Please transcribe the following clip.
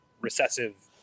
recessive